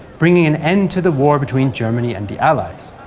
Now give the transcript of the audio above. bringing an end to the war between germany and the allies.